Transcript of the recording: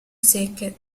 secche